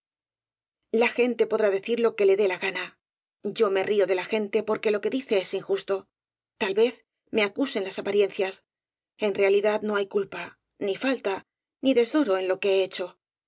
la gente podrá decir lo que le dé la gana yo me río de la gente porque lo que dice es injusto tal vez me acusen las apariencias en realidad no hay culpa ni falta ni desdoro en lo que he hecho